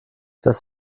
das